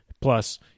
plus